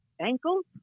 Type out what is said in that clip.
Ankles